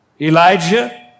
Elijah